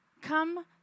Come